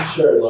Sure